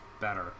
better